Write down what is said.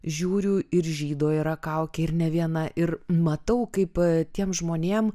žiūriu ir žydo yra kaukė ir ne viena ir matau kaip tiems žmonėm